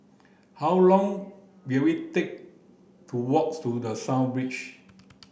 how long will it take to walk to The Beach